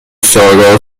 سارا